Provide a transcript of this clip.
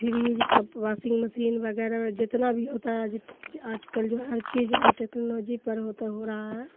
fridge کپ washing machine وغیرہ جتنا بھی ہوتا ہے آج کل جو ہر چیز ہے ٹیکنالوجی پر ہوتا ہو رہا ہے